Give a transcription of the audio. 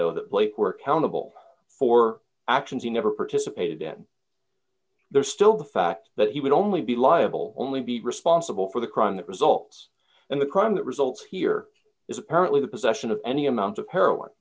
though that plates were countable for actions he never participated in there's still the fact that he would only be liable only be responsible for the crime that results in the crime that results here is apparently the possession of any amount of heroin